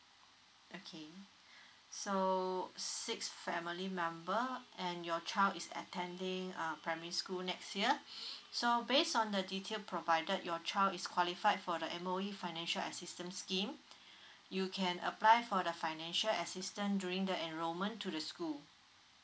okay so six family member and your child is attending um primary school next year so based on the detail provided your child is qualified for the M_O_E financial assistance scheme you can apply for the financial assistant during the enrollment to the school